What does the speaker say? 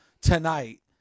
tonight